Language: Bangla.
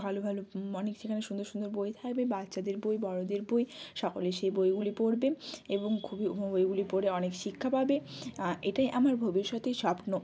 ভালো ভালো অনেক সেখানে সুন্দর সুন্দর বই থাকবে বাচ্চাদের বই বড়দের বই সকলে সেই বইগুলি পড়বে এবং খুবই বইগুলো পড়ে অনেক শিক্ষা পাবে এটাই আমার ভবিষ্যতের স্বপ্ন